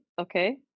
Okay